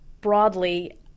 broadly